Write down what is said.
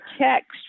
text